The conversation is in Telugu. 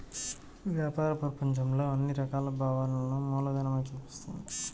వ్యాపార ప్రపంచంలో అన్ని రకాల భావనలను మూలధనమే చూపిస్తుంది